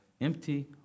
empty